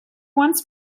wants